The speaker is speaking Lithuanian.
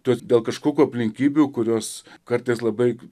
tuos dėl kažkokių aplinkybių kurios kartais labai